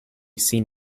seen